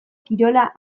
kirola